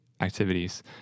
activities